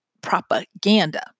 Propaganda